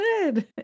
Good